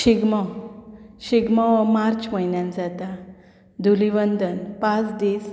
शिगमो शिगमो हो मार्च म्हयन्यांत जाता धुलीवंदन पांच दीस